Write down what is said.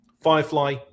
Firefly